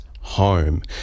home